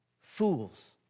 fools